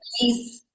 please